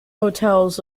hotels